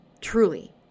Truly